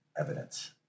evidence